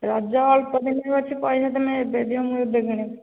ରଜ ଅଳ୍ପ ଦିନ ଅଛି ପଇସା ତୁମେ ଏବେ ଦିଅ ମୁଁ ଏବେ କିଣିବି